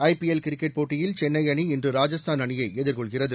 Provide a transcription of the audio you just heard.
ஐ P L cricket போட்டியில் சென்னை அணி இன்று ராஜஸ்தான் அணியை எதிர்கொள்கிறது